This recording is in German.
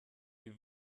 die